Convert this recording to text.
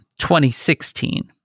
2016